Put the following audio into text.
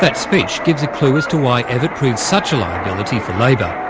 but speech gives a clue as to why evatt proved such a liability for labor.